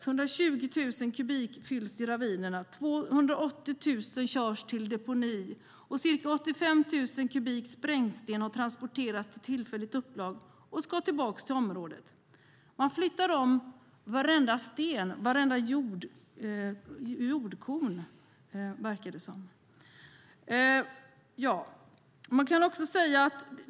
120 000 kubikmeter fylls i ravinerna, 280 000 kubikmeter körs till deponi och ca 85 000 kubikmeter sprängsten har transporterats till ett tillfälligt upplag och ska tillbaka till området. Det verkar som om man flyttar om varenda sten och vartenda jordkorn.